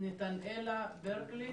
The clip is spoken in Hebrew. נתנאלה ברקלי,